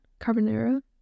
Carbonara